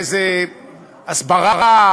איזה הסברה,